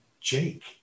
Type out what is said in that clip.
Jake